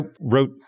wrote